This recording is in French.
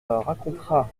racontera